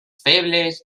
febles